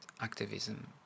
activism